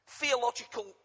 theological